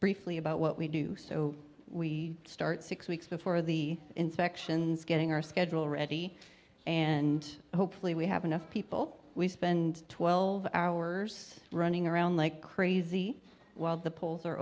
briefly about what we do so we start six weeks before the inspections getting our schedule ready and hopefully we have enough people we spend twelve hours running around like crazy while the polls are